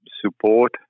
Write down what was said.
support